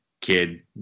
kid